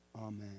Amen